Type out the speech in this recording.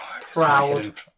proud